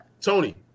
Tony